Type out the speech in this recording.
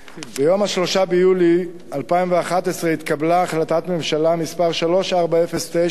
ביום 3 ביולי 2011 התקבלה החלטת ממשלה מס' 3409,